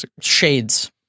shades